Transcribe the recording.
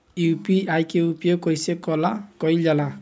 UPI के उपयोग कइसे कइल जाला?